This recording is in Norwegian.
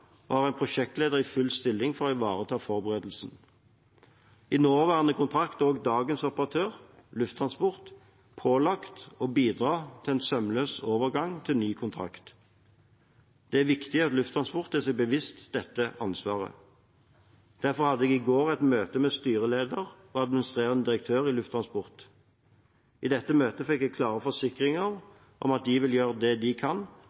har en prosjektleder i full stilling for å ivareta forberedelsene. I nåværende kontrakt er også dagens operatør, Lufttransport, pålagt å bidra til en sømløs overgang til ny kontrakt. Det er viktig at Lufttransport er seg bevisst dette ansvaret. Derfor hadde jeg i går et møte med styreleder og administrerende direktør i Lufttransport. I dette møtet fikk jeg klare forsikringer om at de